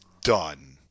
done –